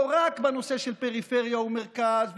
לא רק בנושא פריפריה ומרכז,